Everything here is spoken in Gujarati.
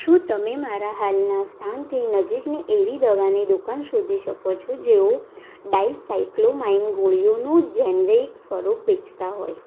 શું તમે મારા હાલના સ્થાનથી નજીકની એવી દવાની દુકાન શોધી શકો છો જેઓ ડાઈસાયક્લોમાઈન ગોળીઓનું જેનેરિક સ્વરૂપ વેચતા હોય